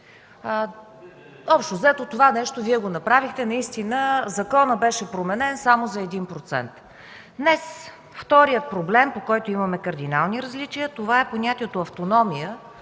Общо взето, това нещо Вие го направихте, наистина законът беше променен само за един процент. Днес вторият проблем, по който имаме кардинални различия, е понятието „автономия”,